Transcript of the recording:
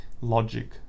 logic